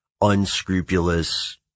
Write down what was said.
unscrupulous